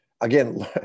again